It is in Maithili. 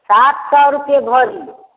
सात सए रुपैए भरी